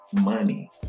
money